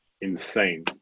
insane